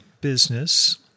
business